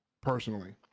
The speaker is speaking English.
personally